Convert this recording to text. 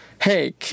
hey